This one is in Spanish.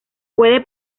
puede